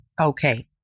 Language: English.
Okay